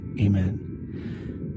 amen